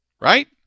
Right